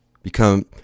become